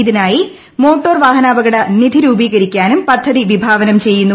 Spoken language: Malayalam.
ഇതിനായി മോട്ടോർ വാഹനാപകട നിധി രൂപീകരിക്കാനും പദ്ധതി വിഭാവനം ചെയ്യുന്നു